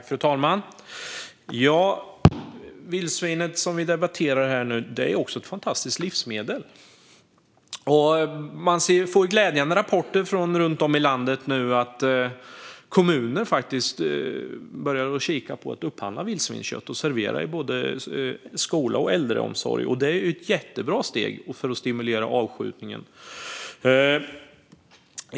Fru talman! Vildsvinet, som vi nu debatterar, är också ett fantastiskt livsmedel. Det kommer glädjande rapporter från runt om i landet om att kommuner börjar kika på att upphandla vildsvinskött för att servera det i både skolor och äldreomsorg. Det är ett jättebra steg för att stimulera avskjutningen. Fru talman!